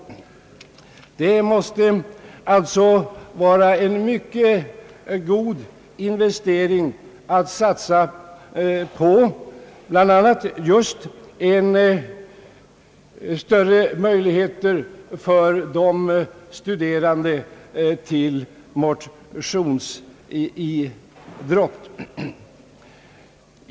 Det måste alltså vara en mycket god investering att satsa på bl.a. just att ge de studerande större möjligheter till motionsidrott.